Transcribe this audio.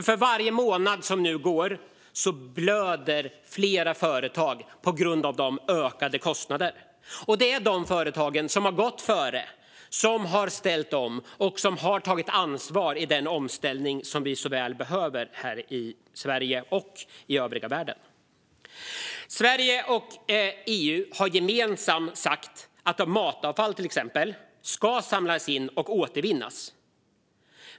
För varje månad som nu går blöder flera företag på grund av de ökade kostnaderna. Det är de företagen som har gått före, som har ställt om och som har tagit ansvar i den omställning som så väl behövs i Sverige och i övriga världen. Sverige och EU har gemensamt sagt att matavfall ska samlas in och återvinnas.